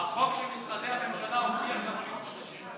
בחוק של משרדי הממשלה הופיעו גם עולים חדשים.